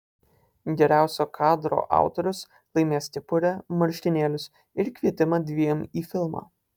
geriausio kadro autorius laimės kepurę marškinėlius ir kvietimą dviem į filmą